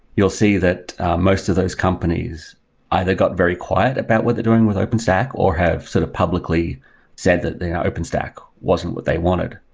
you'll see that most of those companies either got very quiet about what they're doing with openstack, or have sort of publicly said that the and openstack wasn't what they wanted.